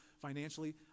financially